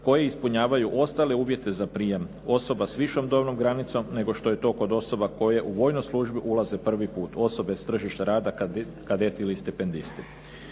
koji ispunjavaju ostale uvjete za prijam osoba s višom dobnom granicom, nego što je to kod osoba koje u vojnu službu ulaze prvi put, osobe s tržišta rada, kadeti ili stipendisti.